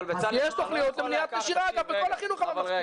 יש תכניות למניעת נשירה, בכל החינוך הממלכתי.